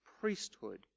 priesthood